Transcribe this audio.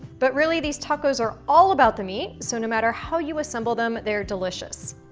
but really, these tacos are all about the meat, so, no matter how you assemble them, they're delicious.